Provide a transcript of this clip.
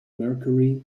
mercury